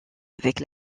avec